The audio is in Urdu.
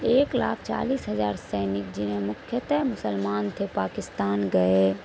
ایک لاکھ چالیس ہزار سینک جنہیں مکھیتہ مسلمان تھے پاکستان گئے